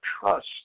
trust